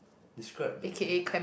describe the place